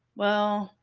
well,